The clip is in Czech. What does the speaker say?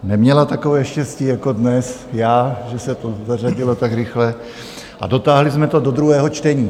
Neměla takové štěstí jako dnes já, že se to zařadilo tak rychle a dotáhli jsme to do druhého čtení.